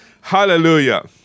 Hallelujah